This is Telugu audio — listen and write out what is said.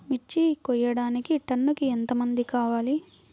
మిర్చి కోయడానికి టన్నుకి ఎంత మంది కావాలి?